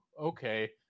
okay